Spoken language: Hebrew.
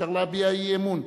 אפשר להביע אי-אמון.